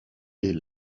est